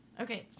Okay